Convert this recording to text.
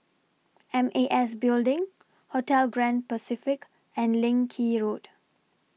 M A S Building Hotel Grand Pacific and Leng Kee Road